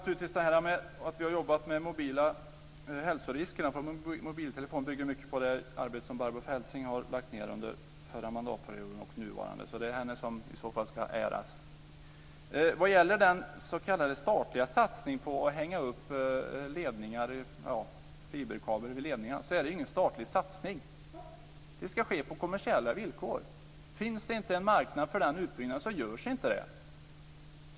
Fru talman! Vi har jobbat med frågan om hälsorisker med mobiltelefoner. Det bygger mycket på det arbete som Barbro Feltzing har lagt ned under den förra och den nuvarande mandatperioden. Det är hon som i så fall ska äras. Att hänga upp fiberkabel i ledningarna är ingen statlig satsning. Det ska ske på kommersiella villkor. Om det inte finns någon marknad för den utbyggnaden görs den inte.